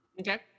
Okay